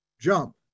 jump